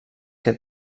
que